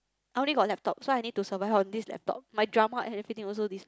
I only got laptop so I need to survive on this laptop my drama and everything also this